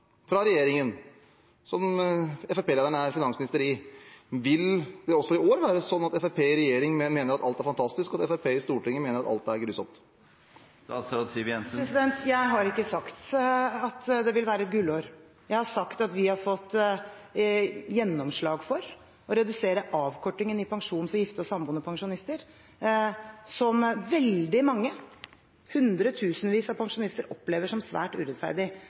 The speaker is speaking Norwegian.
fra regjeringen, som Fremskrittsparti-lederen er finansminister i, vil det også i år være sånn at Fremskrittspartiet i regjering mener at alt er fantastisk, og at Fremskrittspartiet i Stortinget mener at alt er grusomt? Jeg har ikke sagt at det vil være et gullår. Jeg har sagt at vi har fått gjennomslag for å redusere avkortingen i pensjonen for gifte og samboende pensjonister, som veldig mange – hundretusenvis av pensjonister – opplever som svært urettferdig,